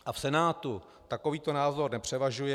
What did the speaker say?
A v Senátu takovýto názor nepřevažuje.